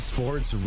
Sports